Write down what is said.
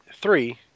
three